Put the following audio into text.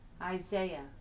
isaiah